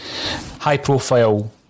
high-profile